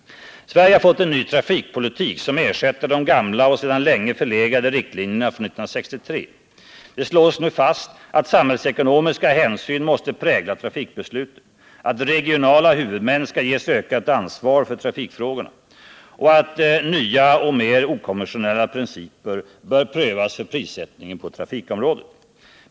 Sverige har fått en ny trafikpolitik, som ersätter de gamla och sedan länge förlegade riktlinjerna från 1963. Det slås nu fast att samhällsekonomiska hänsyn måste prägla trafikbesluten, att regionala huvudmän bör ges ett ökat ansvar för trafikfrågorna, och att nya och mer okonventionella principer bör prövas för prissättningen på trafikområdet.